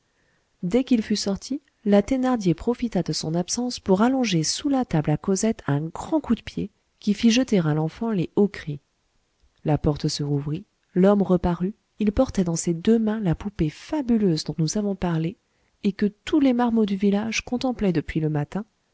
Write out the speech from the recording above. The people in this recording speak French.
dès qu'il fut sorti la thénardier profita de son absence pour allonger sous la table à cosette un grand coup de pied qui fit jeter à l'enfant les hauts cris la porte se rouvrit l'homme reparut il portait dans ses deux mains la poupée fabuleuse dont nous avons parlé et que tous les marmots du village contemplaient depuis le matin